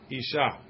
isha